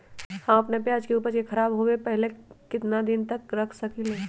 हम अपना प्याज के ऊपज के खराब होबे पहले कितना दिन तक रख सकीं ले?